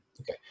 okay